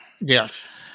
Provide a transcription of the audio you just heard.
Yes